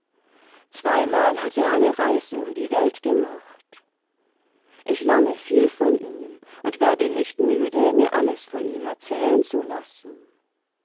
zweimal hat er eine reise um die welt gemacht ich lerne viel von ihm und werde nicht müde mir alles von ihm erzählen zu lassen